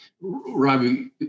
Robbie